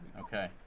okay